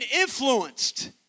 influenced